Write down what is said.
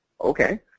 Okay